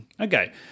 Okay